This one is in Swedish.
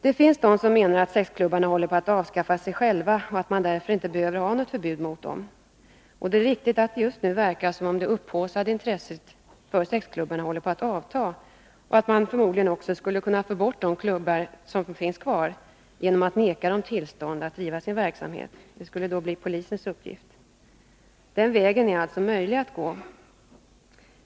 Det finns de som menar att sexklubbarna håller på att avskaffa sig själva och att man därför inte behöver ha något förbud mot dem. Och det är riktigt att det just nu verkar som om det upphaussade intresset för sexklubbarna håller på att avta och att man förmodligen också skulle kunna få bort de klubbar som finns kvar genom att vägra dem tillstånd att driva sin verksamhet. Det skulle då bli polisens uppgift. Den vägen är alltså möjlig att gå.